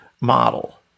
model